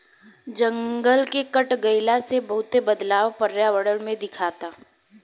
जंगल के घट गइला से बहुते बदलाव पर्यावरण में दिखता